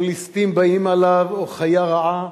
או ליסטים באים עליו או חיה רעה